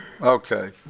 Okay